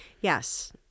Yes